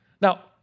Now